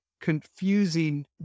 confusing